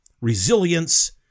resilience